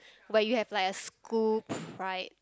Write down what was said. but you have like a school pride